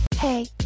Hey